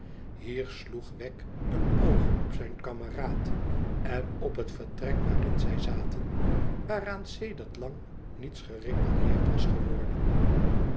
hier sloeg wegg een oog op zijn kameraad en op het vertrek waarin zij zaten waaraan sedert lang niets gerepareerd was geworden